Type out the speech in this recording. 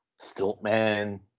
Stiltman